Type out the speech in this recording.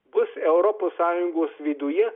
bus europos sąjungos viduje